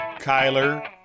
Kyler